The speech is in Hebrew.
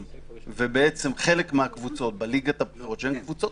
חלק מהקבוצות בליגות הבכירות הן קבוצות